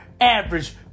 average